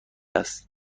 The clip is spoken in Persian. است